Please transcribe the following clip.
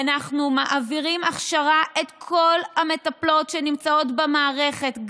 אנחנו מעבירים הכשרה את כל המטפלות שנמצאות במערכת,